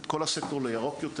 7 מיליארד שקלים.